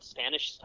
Spanish